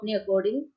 according